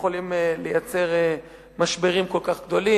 יכולים לייצר משברים כל כך גדולים,